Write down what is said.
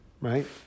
right